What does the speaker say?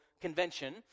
convention